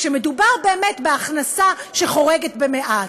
כשמדובר באמת בהכנסה שחורגת במעט,